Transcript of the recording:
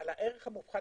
ההוצאה